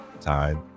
time